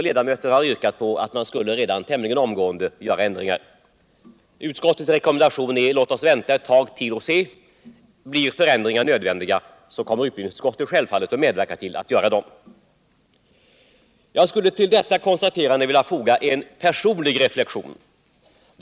Ledamöter har yrkat på att man tämligen omgående skall göra ändringar. Utskottets rekommendation är: Låt oss vänta ett tag och sc. Om det visar sig att ändringar är nödvändiga kommer utbildningsutskottet självfallet att medverka till att sådana görs. Till detta skulle jag vilja foga en personlig reflexion.